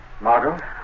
Margot